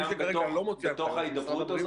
-- אבל מי שכרגע לא מוציא הנחיות זה משרד הבריאות,